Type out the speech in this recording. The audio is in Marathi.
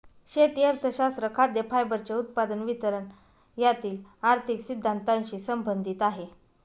शेती अर्थशास्त्र खाद्य, फायबरचे उत्पादन, वितरण यातील आर्थिक सिद्धांतानशी संबंधित आहे